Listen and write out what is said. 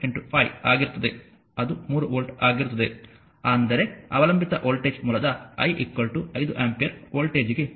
6 5 ಆಗಿರುತ್ತದೆ ಅದು 3 ವೋಲ್ಟ್ ಆಗಿರುತ್ತದೆ ಅಂದರೆ ಅವಲಂಬಿತ ವೋಲ್ಟೇಜ್ ಮೂಲದ I 5 ಆಂಪಿಯರ್ ವೋಲ್ಟೇಜ್ಗೆ ವೋಲ್ಟ್ ಇದು ವಾಸ್ತವವಾಗಿ 3 ವೋಲ್ಟ್